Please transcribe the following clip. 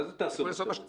מה זה "תעשו מה שאתם רוצים"?